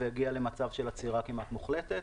והגיע למצב של עצירה כמעט מוחלטת,